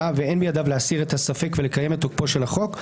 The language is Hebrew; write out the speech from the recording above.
ואין בידיו להסיר את הספק ולקיים את תוקפו של החוק,